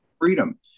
freedom